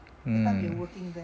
mm